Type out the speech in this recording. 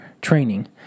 training